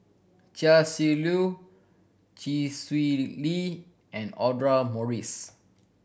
Chia Shi Lu Chee Swee Lee and Audra Morrice